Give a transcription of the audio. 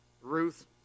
Ruth